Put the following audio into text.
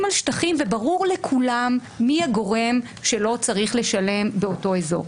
על שטחים וברור לכולם מי הגורם שלא צריך לשלם באותו אזור,